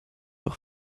auch